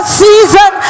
season